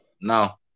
now